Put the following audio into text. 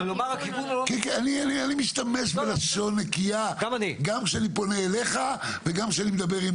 אני משתמש בלשון נקייה גם כשאני פונה אליך וגם כשאני מדבר עם